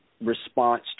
response